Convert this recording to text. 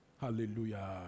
Hallelujah